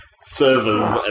servers